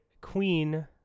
queen